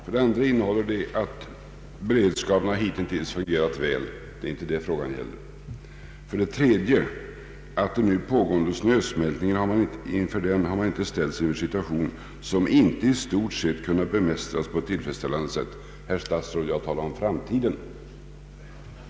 För det andra innehåller svaret att beredskapen hittills fungerat väl. Det är inte det frågan gäller. För det tredje sägs att man inför den nu pågående snösmältningen inte ställts i en situation som inte i stort sett kunnat bemästras på ett tillfredsställande sätt. Herr statsråd! Jag talar om framtiden.